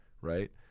right